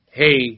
hey